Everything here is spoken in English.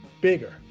bigger